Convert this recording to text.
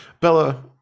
Bella